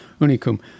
Unicum